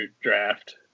draft